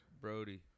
Brody